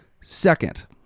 Second